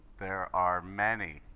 there are many.